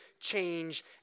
change